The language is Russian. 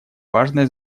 важное